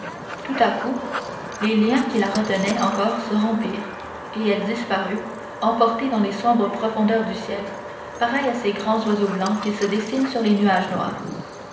tout à coup les liens qui la retenaient encore se rompirent et elle disparut emportée dans les sombres profondeurs du ciel pareille à ces grands oiseaux blancs qui se dessinent sur les nuages noirs